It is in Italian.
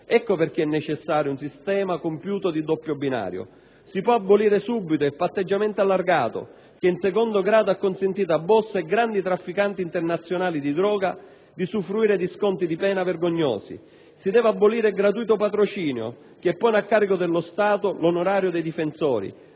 motivo, è necessario un sistema compiuto di doppio binario. Si può abolire subito il patteggiamento allargato che in secondo grado ha consentito a boss e grandi trafficanti internazionali di droga di usufruire di sconti di pena vergognosi. Si deve abolire il gratuito patrocinio che pone a carico dello Stato l'onorario dei difensori,